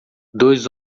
dois